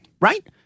right